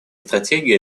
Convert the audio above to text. стратегии